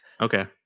Okay